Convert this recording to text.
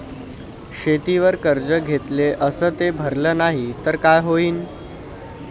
शेतीवर कर्ज घेतले अस ते भरले नाही तर काय होईन?